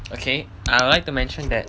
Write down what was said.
okay I would like to mention that